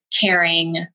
caring